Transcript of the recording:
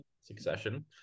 succession